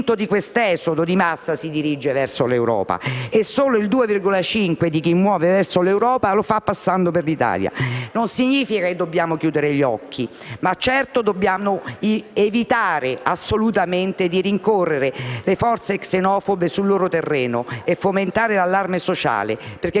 un quinto di questo esodo di massa si dirige verso l'Europa, e solo il 2,5 per cento di chi muove verso l'Europa lo fa passando per l'Italia. Non significa che si debbano chiudere gli occhi, ma certo dobbiamo assolutamente evitare di rincorrere le forze xenofobe sul loro terreno e di fomentare l'allarme sociale, perché questo non aiuterà